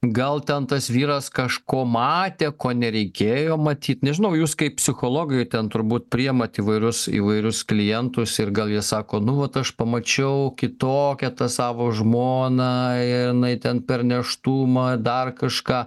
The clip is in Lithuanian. gal ten tas vyras kažko matė ko nereikėjo matyt nežinau jūs kaip psichologai ten turbūt priimat įvairius klientus ir gal jie sako nu vat aš pamačiau kitokią tą savo žmoną jinai ten per nėštumą dar kažką